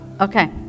Okay